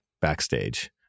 backstage